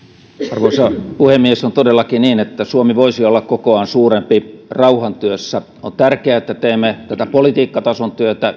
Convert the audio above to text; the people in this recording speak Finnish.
arvoisa puhemies on todellakin niin että suomi voisi olla kokoaan suurempi rauhantyössä on tärkeää että teemme ykssa eussa politiikkatason työtä